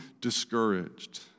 discouraged